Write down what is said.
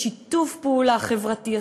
לשיתוף פעולה חברתי,